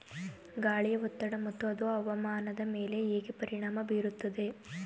ಗಾಳಿಯ ಒತ್ತಡ ಮತ್ತು ಅದು ಹವಾಮಾನದ ಮೇಲೆ ಹೇಗೆ ಪರಿಣಾಮ ಬೀರುತ್ತದೆ?